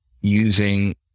using